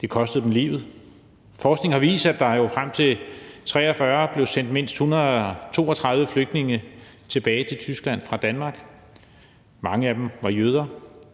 Det kostede dem livet. Forskning har vist, at der jo frem til 1943 blev sendt mindst 132 flygtninge tilbage til Tyskland fra Danmark, mange af dem var jøder,